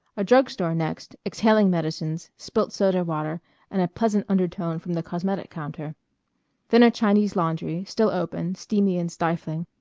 a drug-store next, exhaling medicines, spilt soda water and a pleasant undertone from the cosmetic counter then a chinese laundry, still open, steamy and stifling,